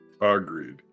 Agreed